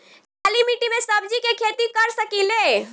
काली मिट्टी में सब्जी के खेती कर सकिले?